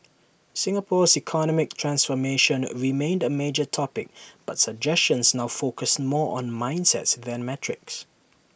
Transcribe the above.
Singapore's economic transformation remained A major topic but suggestions now focused more on mindsets than metrics